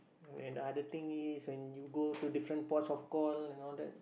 and the other thing is when you go to different ports of call and all that